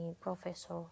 professor